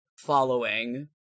following